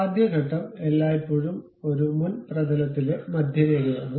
ആദ്യ ഘട്ടം എല്ലായ്പ്പോഴും ഒരു മുൻ പ്രതലത്തിലെ മധ്യരേഖയാണ്